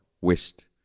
wished